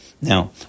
now